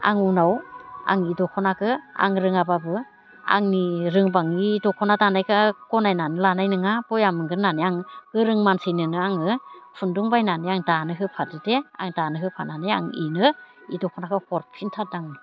आं उनाव आंबिइ दखनाखौ आं रोङाबाबो आंनि रोंबाङि बे दखना दानायखौ गनायनानै लानाय नङा बेया मोनगोन होननानै आं गोरों मानसिनोनो आङो खुन्दुं बायनानै आं दानो होफादो दे आं दानो होफानानै बिनो बे दखनाखौ हरफिनथारदों आं